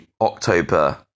October